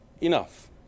Enough